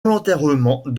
volontairement